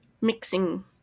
mixing